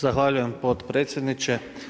Zahvaljujem potpredsjedniče.